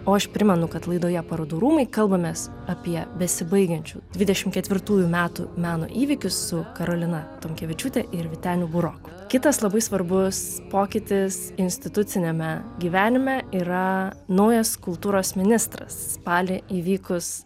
o aš primenu kad laidoje parodų rūmai kalbamės apie besibaigiančių dvidešimt ketvirtųjų metų meno įvykius su karolina tomkevičiūte ir vyteniu buroku kitas labai svarbus pokytis instituciniame gyvenime yra naujas kultūros ministras spalį įvykus